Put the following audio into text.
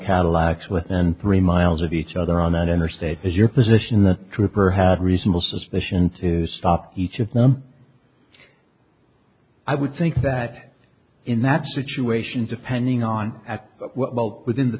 cadillacs within three miles of each other on that interstate is your position the trooper had reasonable suspicion to stop each of them i would think that in that situation depending on at the boat within the